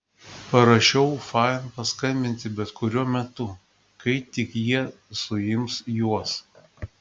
prašiau fain paskambinti bet kuriuo metu kai tik jie suims juos